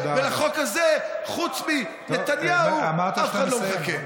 אבל לחוק הזה, חוץ מנתניהו אף אחד לא מחכה.